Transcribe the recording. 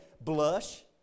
blush